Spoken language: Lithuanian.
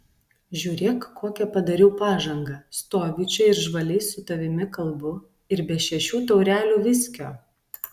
žiūrėk kokią padariau pažangą stoviu čia ir žvaliai su tavimi kalbu ir be šešių taurelių viskio